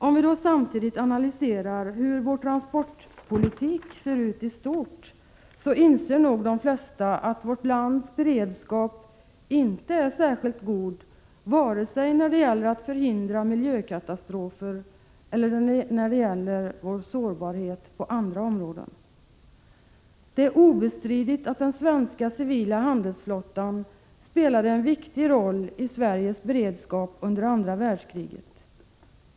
Om vi samtidigt analyserar hur vår transportpolitik ser ut i stort inser nog de flesta att vårt lands beredskap inte är särskilt god vare sig när det gäller att förhindra miljökatastrofer eller när det gäller vår sårbarhet på andra områden. Det är obestridligt att den svenska civila handelsflottan spelade en viktig roll i Sveriges beredskap under andra världskriget.